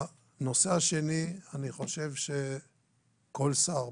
הנושא השני אני חושב שכל שר,